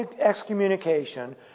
excommunication